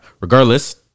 Regardless